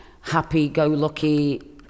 happy-go-lucky